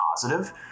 positive